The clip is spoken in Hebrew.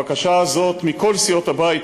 הבקשה הזאת מכל סיעות הבית,